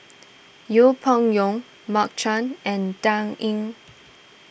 Yeng Pway Ngon Mark Chan and Dan Ying